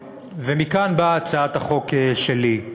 ומכאן באה הצעת החוק שלי.